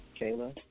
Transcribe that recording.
Kayla